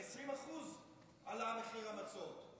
ב-20% עלה מחיר המזון.